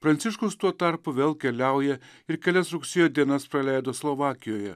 pranciškus tuo tarpu vėl keliauja ir kelias rugsėjo dienas praleido slovakijoje